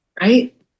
right